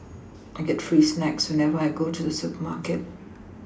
I get free snacks whenever I go to the supermarket